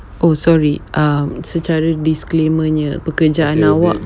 oh sorry um secara disclaimer pekerjaan awak